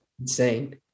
insane